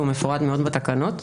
והוא מפורט מאוד בתקנות.